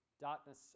Darkness